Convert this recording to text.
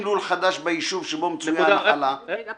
לול חדש ביישוב שבו מצויה הנחלה" --- רגע,